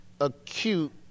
acute